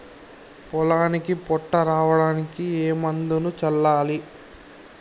పొలానికి పొట్ట రావడానికి ఏ మందును చల్లాలి?